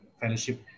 fellowship